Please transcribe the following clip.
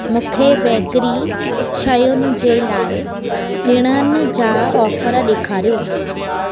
मूंखे बेकरी शयुनि जे लाइ डि॒णनि जा ऑफर ॾेखारियो